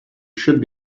should